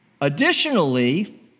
Additionally